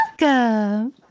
welcome